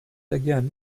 again